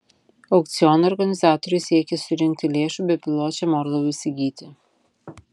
aukciono organizatoriai siekia surinkti lėšų bepiločiam orlaiviui įsigyti